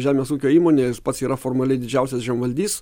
žemės ūkio įmonė jis pats yra formaliai didžiausias žemvaldys